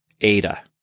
Ada